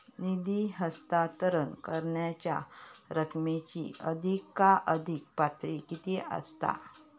निधी हस्तांतरण करण्यांच्या रकमेची अधिकाधिक पातळी किती असात?